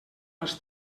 els